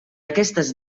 aquestes